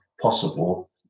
possible